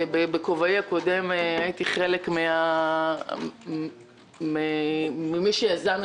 בכובעי הקודם הייתי חלק ממי שיזם.